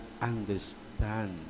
understand